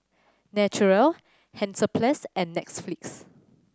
Naturel Hansaplast and Netflix